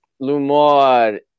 Lumor